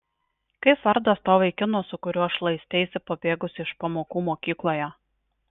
kaip vardas to vaikino su kuriuo šlaisteisi pabėgusi iš pamokų mokykloje